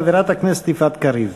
חברת הכנסת יפעת קריב.